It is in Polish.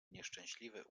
nieszczęśliwy